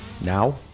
Now